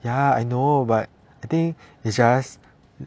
ya I know but I think it's just